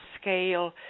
scale